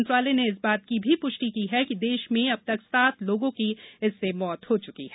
मंत्रालय ने इस बात की भी पुष्टि की है कि देश में अब तक सात लोगों की मौत हो चुकी है